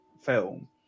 film